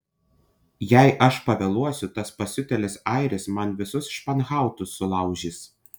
jei aš pavėluosiu tas pasiutėlis airis man visus španhautus sulaužys